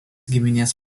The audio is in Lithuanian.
giminės